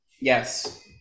Yes